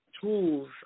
tools